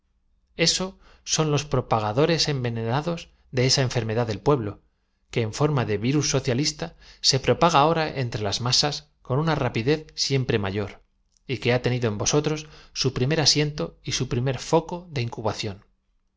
esos son los propagadores en ve nenados de esa eníermedad del pueblo que en for ma de virus socialista se propaga ahora entre las masas con una rapidez siempre m ayor y que ha tenido en vosotros su prim er asiento y su prim er foco de incubación